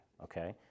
okay